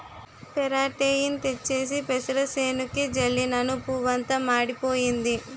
పెరాటేయిన్ తెచ్చేసి పెసరసేనుకి జల్లినను పువ్వంతా మాడిపోయింది